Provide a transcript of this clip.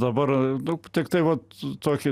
dabar daug tiktai vat tokį